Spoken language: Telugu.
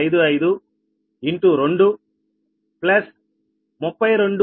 55 K2 14324 K1 K2 Rshr